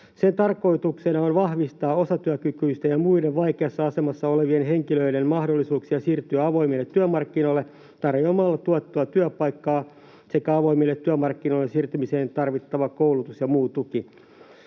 Sen tarkoituksena on vahvistaa osatyökykyisten ja muiden vaikeassa asemassa olevien henkilöiden mahdollisuuksia siirtyä avoimille työmarkkinoille tarjoa-malla tuettua työpaikkaa sekä avoimille työmarkkinoille siirtymiseen tarvittava koulutus ja muu tuki.